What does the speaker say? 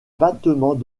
battements